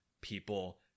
people